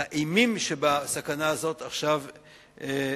את האימים שבסכנה הזאת, עכשיו בהאיטי.